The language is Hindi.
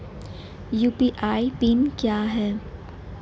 यू.पी.आई पिन क्या है?